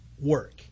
work